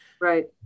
Right